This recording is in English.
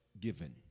given